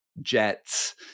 jets